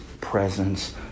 presence